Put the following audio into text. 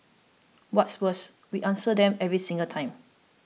what's worse we answer them every single time